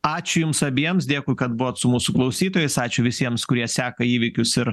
ačiū jums abiems dėkui kad buvot su mūsų klausytojais ačiū visiems kurie seka įvykius ir